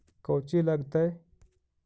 कौची लगतय?